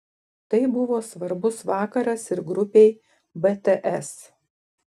tai buvo svarbus vakaras ir grupei bts